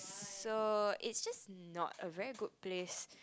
so is just not a very good place